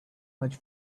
much